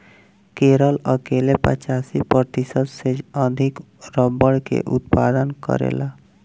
केरल अकेले पचासी प्रतिशत से अधिक रबड़ के उत्पादन करेला